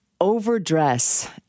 Overdress